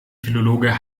philologe